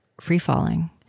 free-falling